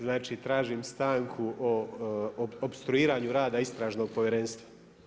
Znači tražim stanku o opstruiranju rada istražnog povjerenstva.